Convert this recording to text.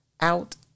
out